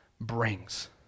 brings